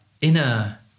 inner